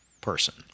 person